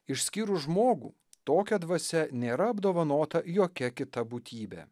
išskyrus žmogų tokia dvasia nėra apdovanota jokia kita būtybė